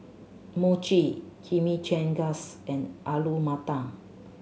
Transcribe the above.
Mochi Chimichangas and Alu Matar